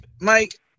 Mike